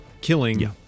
killing